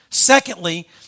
Secondly